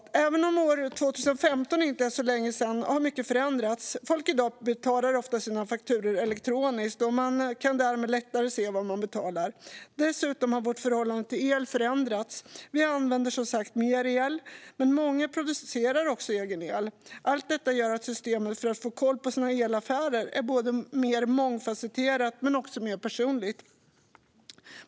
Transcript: Även om år 2015 inte är så länge sedan har mycket förändrats. Folk betalar i dag ofta sina fakturor elektroniskt, och de kan därmed lättare se vad de betalar. Dessutom har vårt förhållande till el förändrats. Vi använder mer el, och många producerar också egen el. Allt detta gör att systemet för att få koll på sina elaffärer är både mer mångfasetterat och mer personligt.